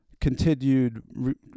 continued